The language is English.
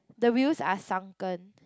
the wheels are sunken